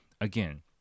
again